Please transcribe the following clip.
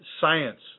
science